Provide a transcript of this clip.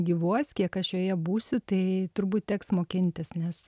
gyvuos kiek aš joje būsiu tai turbūt teks mokintis nes